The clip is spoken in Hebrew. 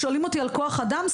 שואלים אותי על כוח אדם,